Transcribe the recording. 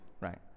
right